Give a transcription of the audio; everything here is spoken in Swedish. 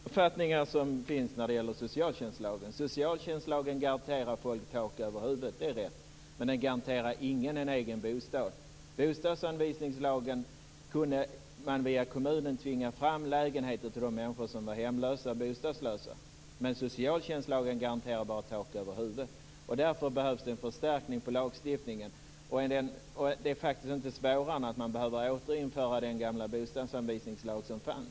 Herr talman! Det är en av de missuppfattningar som finns när det gäller socialtjänstlagen. Socialtjänstlagen garanterar folk tak över huvudet, det är rätt. Men den garanterar ingen en egen bostad. Med bostadsanvisningslagen kunde man via kommunen tvinga fram lägenheter till de människor som var hemlösa och bostadslösa. Men socialtjänstlagen garanterar bara tak över huvudet. Därför behövs det en förstärkning av lagstiftningen. Det är faktiskt inte svårare än att man behöver återinföra den gamla bostadsanvisningslag som fanns.